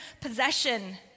possession